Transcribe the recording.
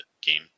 game